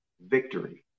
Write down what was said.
victory